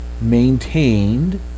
maintained